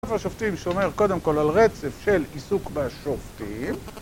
ספר השופטים שומר קודם כל על רצף של עיסוק בשופטים